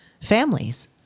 families